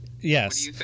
Yes